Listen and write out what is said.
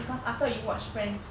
because after you watch friends